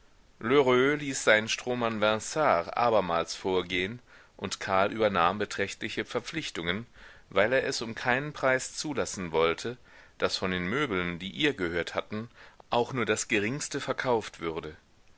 ließ seinen strohmann vinard abermals vorgehen und karl übernahm beträchtliche verpflichtungen weil er es um keinen preis zulassen wollte daß von den möbeln die ihr gehört hatten auch nur das geringste verkauft würde